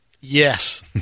Yes